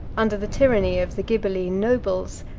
under the tyranny of the ghibeline nobles,